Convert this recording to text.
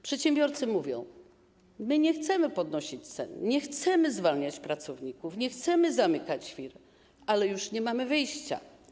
Przedsiębiorcy mówią: nie chcemy podnosić cen, nie chcemy zwalniać pracowników, nie chcemy zamykać firm, ale już nie mamy wyjścia.